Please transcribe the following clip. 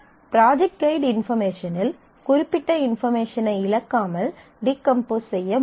project ஃகைட் இன்பார்மேஷனில் குறிப்பிட்ட இன்பார்மேஷனை இழக்காமல் டீகம்போஸ் செய்ய முடியாது